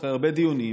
אחרי הרבה דיונים.